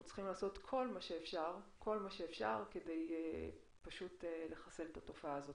אנחנו צריכים לעשות כל מה שאפשר כדי לחסל את התופעה הזו.